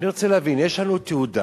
אני רוצה להבין, יש לנו תעודה